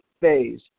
phase